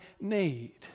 need